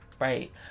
right